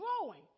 growing